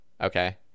okay